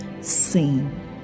seen